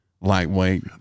Lightweight